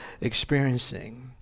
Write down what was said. experiencing